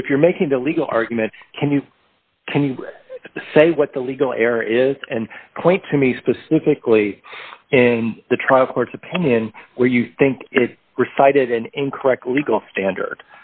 so if you're making the legal argument can you can you say what the legal error is and point to me specifically in the trial court's opinion where you think it did an incorrect legal standard